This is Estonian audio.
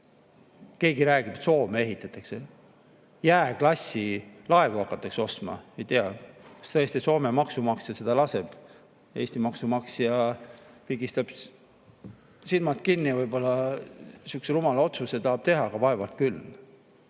Keegi räägib, et Soome ehitatakse. Jääklassi laevu hakatakse ostma. Ei tea, kas tõesti Soome maksumaksja seda laseb. Eesti maksumaksja pigistab silmad kinni ja võib-olla tahab sihukese rumala otsuse teha, aga vaevalt küll.